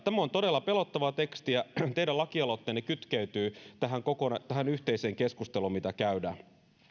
tämä on todella pelottavaa tekstiä teidän lakialoitteenne kytkeytyy koko tähän yhteiseen keskusteluun mitä käydään